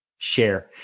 Share